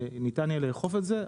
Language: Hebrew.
ניתן יהיה לאכוף את זה,